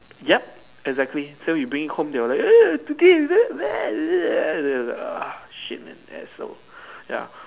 yup exactly so you bring it home they will like today ugh shit man that is so ya